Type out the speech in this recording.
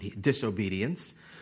disobedience